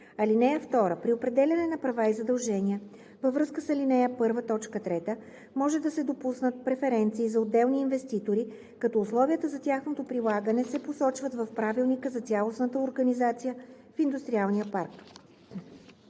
ал. 1. (2) При определяне на права и задължения във връзка с ал. 1, т. 3 може да се допуснат преференции за отделни инвеститори, като условията за тяхното прилагане се посочват в правилника за цялостната организация в индустриалния парк.“